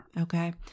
Okay